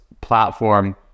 platform